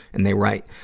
and they write,